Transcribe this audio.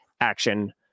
action